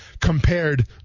compared